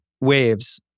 Waves